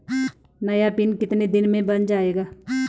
नया पिन कितने दिन में बन जायेगा?